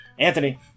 Anthony